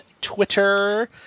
twitter